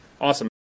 Awesome